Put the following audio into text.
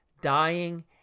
dying